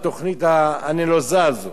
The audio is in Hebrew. היתה שם בחורה מהמגזר החרדי,